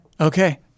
Okay